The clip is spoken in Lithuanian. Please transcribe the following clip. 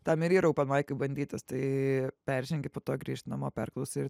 tam ir yra openmaikai bandytis tai peržengi po to grįžti namo perklausai